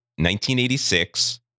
1986